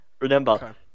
Remember